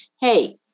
hey